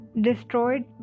destroyed